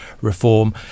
reform